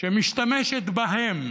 שמשתמשת בהם